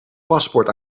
paspoort